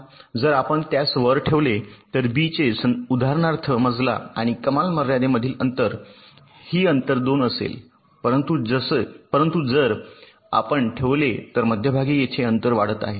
जर आपण त्यास वर ठेवले तर बी चे उदाहरणार्थ मजला आणि कमाल मर्यादेमधील अंतर ही अंतर 2 असेल परंतु जर आपण ठेवले तर मध्यभागी येथे अंतर वाढत आहे